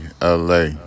LA